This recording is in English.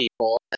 people